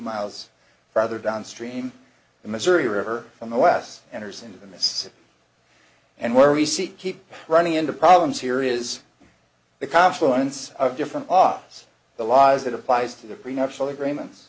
miles further downstream the missouri river from the west enters into the mists and where we see keep running into problems here is the confluence of different os the lies that applies to the prenuptial agreements